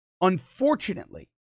Unfortunately